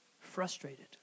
frustrated